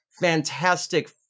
Fantastic